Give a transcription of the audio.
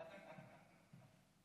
הפלילי ותקנת השבים (תיקון והוראת שעה),